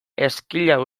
ezkila